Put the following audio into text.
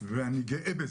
ואני גאה בזה,